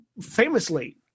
Famously